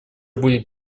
будет